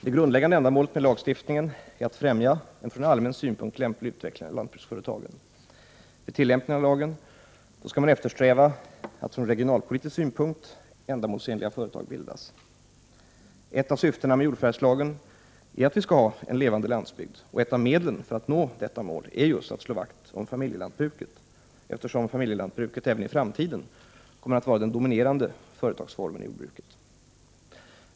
Det grundläggande ändamålet med lagstiftningen är att främja en från allmän synpunkt lämplig utveckling av lantbruksföretagen. Vid tillämpningen av lagen skall eftersträvas att från regionalpolitisk synpunkt ändamålsenliga företag bildas. Ett av syftena med jordförvärvslagen är att vi skall ha en levande landsbygd, och ett av medlen för att nå detta mål är just att slå vakt om familjelantbruket, eftersom familjelantbruket även i framtiden kommer att vara den dominerande företagsformen i jordbruket.